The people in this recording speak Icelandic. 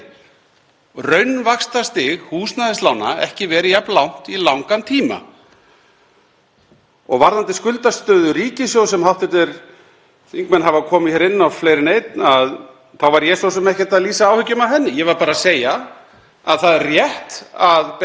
bara að segja að það er rétt að beita ríkisfjármálunum af krafti, taka á sig hallareksturinn þegar aðstæður í hagkerfinu kalla á það. En þegar hagkerfið hefur tekið við sér, atvinnuleysi er horfið,